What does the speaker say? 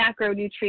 macronutrients